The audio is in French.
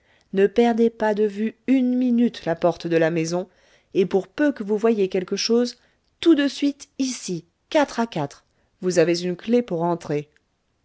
ne perdez pas de vue une minute la porte de la maison et pour peu que vous voyiez quelque chose tout de suite ici quatre à quatre vous avez une clef pour rentrer